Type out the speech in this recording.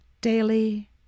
daily